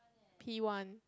P one